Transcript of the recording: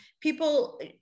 people